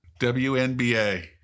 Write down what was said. WNBA